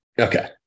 okay